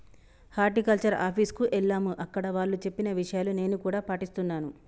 horticulture office కు ఎల్లాము అక్కడ వాళ్ళు చెప్పిన విషయాలు నేను కూడా పాటిస్తున్నాను